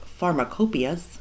pharmacopias